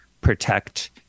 protect